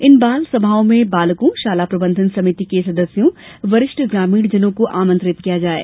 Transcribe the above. इन बाल सभाओं में बालकों शाला प्रबंधन समिति के सदस्यों वरिष्ठ ग्रामीणजनों को आमंत्रित किया जाये